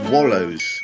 Wallows